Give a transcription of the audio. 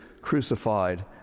crucified